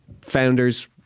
founders